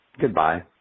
Goodbye